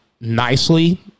nicely